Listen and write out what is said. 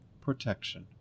protection